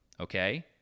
okay